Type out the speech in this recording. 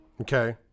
Okay